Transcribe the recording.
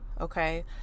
Okay